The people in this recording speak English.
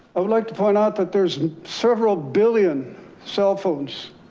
i would like to find out that there's several billion cell phones.